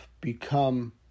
become